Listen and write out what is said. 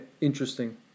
interesting